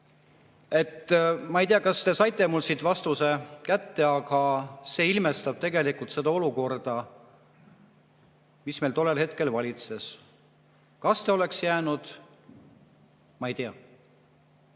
ei tea, kas te saite siit vastuse kätte, aga see ilmestab seda olukorda, mis meil tollel hetkel valitses. Kas te oleks [haigeks] jäänud? Ma ei tea.